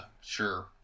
sure